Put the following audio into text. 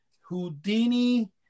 Houdini